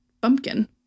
bumpkin